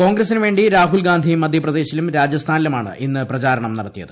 കോൺഗ്രസിനുവേ രാഹുൽഗാന്ധി മധ്യപ്രദേശിലും രാജസ്ഥാനിലുമാണ് ഇന്ന് പ്രചാരണം നടത്തിയത്